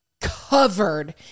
covered